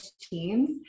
teams